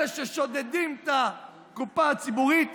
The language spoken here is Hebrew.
אלה ששודדים את הקופה הציבורית.